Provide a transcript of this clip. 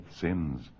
sins